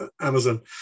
Amazon